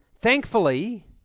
Thankfully